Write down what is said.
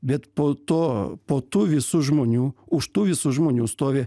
bet po to po tų visų žmonių už tų visų žmonių stovi